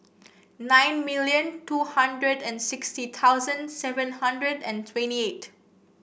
nine million two hundred and sixty thousand seven hundred and twenty eight